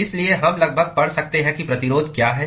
इसलिए हम लगभग पढ़ सकते हैं कि प्रतिरोध क्या हैं